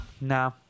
Nah